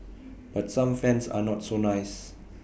but some fans are not so nice